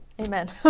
Amen